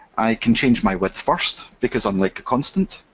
i can change my width first because unlike a constant,